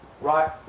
Right